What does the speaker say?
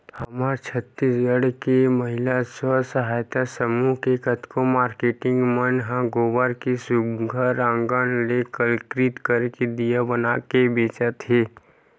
हमर छत्तीसगढ़ के महिला स्व सहयता समूह के कतको मारकेटिंग मन ह गोबर के सुग्घर अंकन ले कलाकृति करके दिया बनाके बेंचत हे